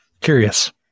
Curious